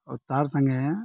ଓ ତା'ର ସାଙ୍ଗେ